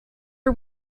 are